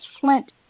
Flint